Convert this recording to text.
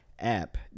app